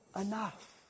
enough